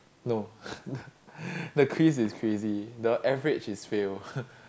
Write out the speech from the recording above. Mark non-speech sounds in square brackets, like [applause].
no [laughs] the quiz is crazy the average is fail